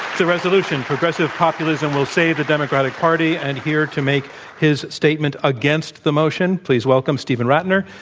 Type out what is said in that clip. the resolution, progressive populism will save the democratic party. and here to make his statement against the motion, please welcome steven rattner,